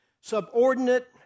subordinate